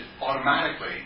automatically